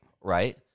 Right